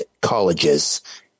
colleges